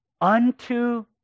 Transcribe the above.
unto